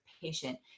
patient